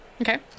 Okay